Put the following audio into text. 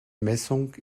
messung